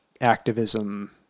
activism